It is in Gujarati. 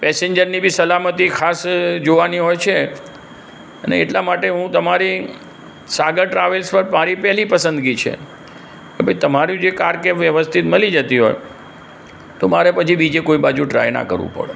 પેસેંજરની બી સલામતી ખાસ જોવાની હોય છે અને એટલા માટે હું તમારી સાગર ટ્રાવેલ્સ પર મારી પહેલી પસંદગી છે ભઈ તમારી જે કાર કેબ વ્યવસ્થિત મળી જતી હોય તો મારે પછી બીજી કોઈ બાજું ટ્રાય ના કરવું પડે